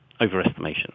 overestimation